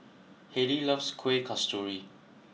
Haylie loves Kuih Kasturi